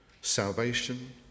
salvation